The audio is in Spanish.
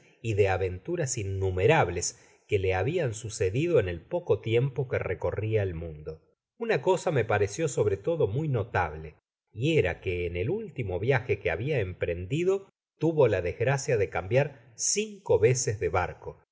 y de aventuras innumerables que le habian sucedido en el poco tiempo que recorria el mundo una cosa me pareció sobre todo muy notable y era que en el último viaje que habia emprendido tuvo la desgracia de cambiar cinco veces de barco